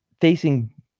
facing